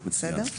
אוקיי, מצוין.